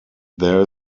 there